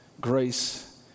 grace